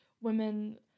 women